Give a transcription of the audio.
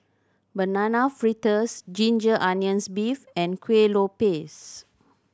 Banana Fritters ginger onions beef and Kuih Lopes